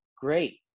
Great